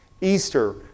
Easter